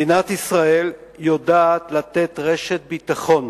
מדינת ישראל יודעת לתת רשת ביטחון